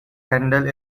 handle